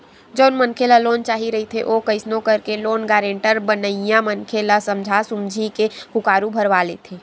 जउन मनखे ल लोन चाही रहिथे ओ कइसनो करके लोन गारेंटर बनइया मनखे ल समझा सुमझी के हुँकारू भरवा लेथे